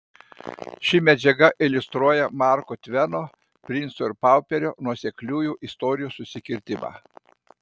ši medžiaga iliustruoja marko tveno princo ir pauperio nuosekliųjų istorijų susikirtimą